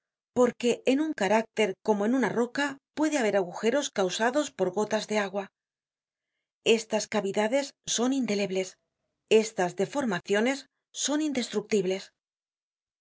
porque en un carácter como en una roca puede haber agujeros causados por gotas de agua estas cavidades son indelebles estas formaciones son indestructibles